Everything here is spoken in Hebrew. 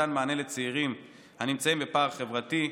מתן מענה לצעירים הנמצאים בפער חברתי,